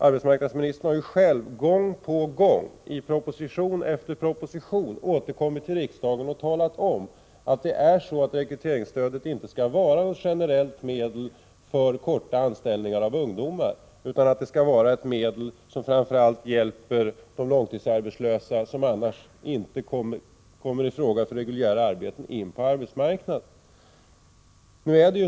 Arbetsmarknadsministern har ju själv gång på gång, i proposition efter proposition, återkommit till riksdagen och talat om att rekryteringsstödet inte skall vara något generellt medel för korta anställningar av ungdomar utan att det skall vara ett stöd som hjälper framför allt de långtidsarbetslösa som inte kommer i fråga för reguljära arbeten på arbetsmarknaden.